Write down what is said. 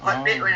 oh